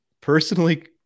personally